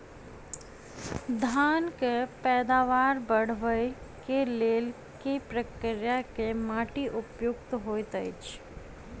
धान केँ पैदावार बढ़बई केँ लेल केँ प्रकार केँ माटि उपयुक्त होइत अछि?